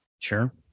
Sure